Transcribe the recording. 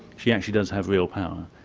she actually does have real power.